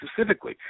specifically